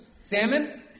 salmon